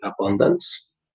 abundance